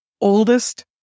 oldest